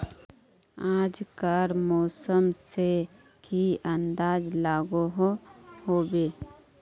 आज कार मौसम से की अंदाज लागोहो होबे?